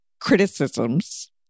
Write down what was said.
criticisms